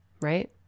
Right